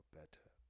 better